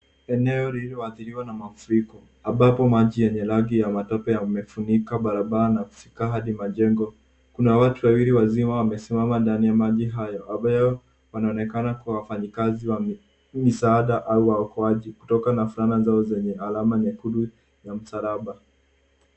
Eneo lilioathiriwa na mafuriko ambapo maji yenye rangi ya matope yamefunika barabara na kufika hadi majengo. Kuna watu wawili wazima wamesimama ndani ya maji hayo ambayo wanaonekana kuwa wafanyikazi wa misaada au waokoaji kutokana na zao za alama nyekundu na msalaba.